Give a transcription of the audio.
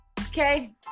okay